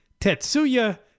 Tetsuya